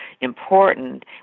important